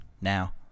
Now